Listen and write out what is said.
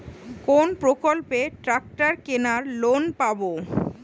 কোন প্রকল্পে ট্রাকটার কেনার লোন পাব?